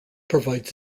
provides